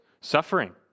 suffering